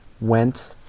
went